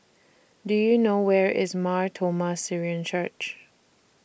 Do YOU know Where IS Mar Thoma Syrian Church